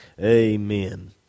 Amen